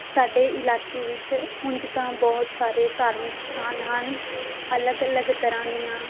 ਸਾਡੇ ਇਲਾਕੇ ਵਿੱਚ ਉਂਝ ਤਾਂ ਬਹੁਤ ਸਾਰੇ ਧਾਰਮਿਕ ਅਸਥਾਨ ਹਨ ਅਲੱਗ ਅਲੱਗ ਤਰ੍ਹਾਂ ਦੀਆਂ